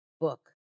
book